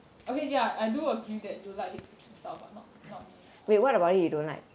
okay ya I do agree that you like his teaching style but not not me